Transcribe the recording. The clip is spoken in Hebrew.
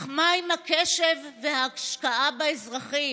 אך מה עם הקשב וההשקעה באזרחים?